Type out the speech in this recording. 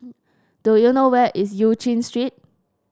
do you know where is Eu Chin Street